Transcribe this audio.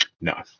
No